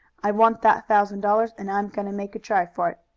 i want that thousand dollars and i'm going to make a try for it.